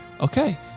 okay